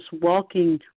walking